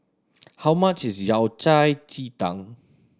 how much is Yao Cai ji tang